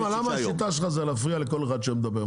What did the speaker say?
למה השיטה שלך זה להפריע לכל אחד שמדבר?